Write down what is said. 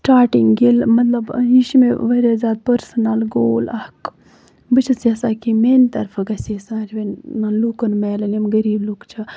starting ییٚلہِ مطلب یہِ چھُ مےٚ واریاہ زیادٕ پٔرسٕنَل گول اکھ بہٕ چھَس یَژھان کہِ میانہِ طرفہٕ گژھِ یہِ سارنی لُکن میلُن یِم غریٖب لُکھ چھِ